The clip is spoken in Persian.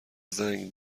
زنگ